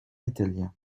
italiens